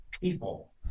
people